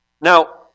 Now